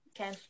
okay